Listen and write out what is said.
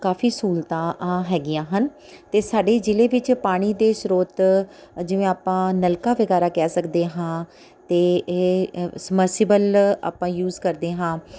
ਕਾਫ਼ੀ ਸਹੂਲਤਾਂ ਆ ਹੈਗੀਆਂ ਹਨ ਅਤੇ ਸਾਡੇ ਜ਼ਿਲ੍ਹੇ ਵਿੱਚ ਪਾਣੀ ਦੇ ਸਰੋਤ ਜਿਵੇਂ ਆਪਾਂ ਨਲਕਾ ਵਗੈਰਾ ਕਹਿ ਸਕਦੇ ਹਾਂ ਅਤੇ ਇਹ ਏ ਸਮਰਸੀਬਲ ਆਪਾਂ ਯੂਜ਼ ਕਰਦੇ ਹਾਂ